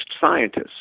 scientists